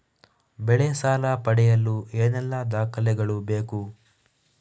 ಬೆಳೆ ಸಾಲ ಪಡೆಯಲು ಏನೆಲ್ಲಾ ದಾಖಲೆಗಳು ಬೇಕು?